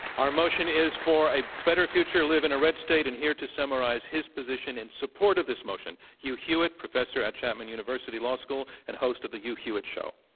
our motion is for a better future, live in a red state, and here to summarize his position in support of this motion, hugh hewitt, professor at chapman university law school, and host of the hugh hewitt show.